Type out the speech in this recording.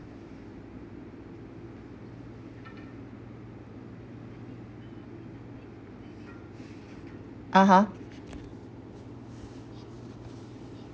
(uh huh)